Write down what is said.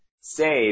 save